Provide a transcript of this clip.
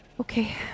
Okay